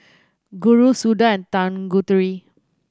Guru Suda and Tanguturi